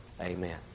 amen